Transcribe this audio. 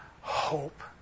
hope